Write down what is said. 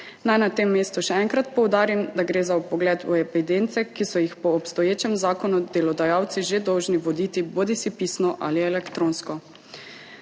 Naj na tem mestu še enkrat poudarim, da gre za vpogled v evidence, ki so jih po obstoječem zakonu delodajalci že dolžni voditi, bodisi pisno bodisi elektronsko.